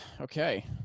okay